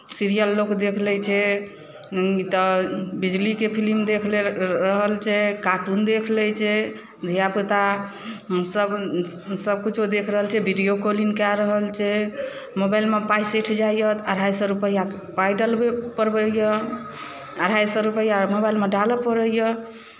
serial लोक देखि लैत छै ई तऽ बिजलीके फिल्म देखि र रहल छै कार्टून देखि लै छै धियापुता सभ सभकिछो देखि रहल छै विडियो कॉलिंग कए रहल छै मोबाइलमे पाइ सठि जाइए तऽ अढ़ाइ सए रुपैआ पाइ डलबय पड़बैए अढ़ाइ सए रुपैआ मोबाइलमे डालय पड़ैए